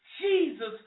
Jesus